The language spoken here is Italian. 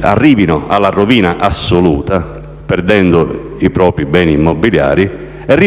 arrivano alla rovina assoluta, perdendo i propri beni immobili e rimanendo ancora debitori.